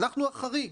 אנחנו החריג.